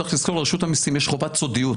צריך לזכור, רשות המיסים, יש לנו חובת סודיות.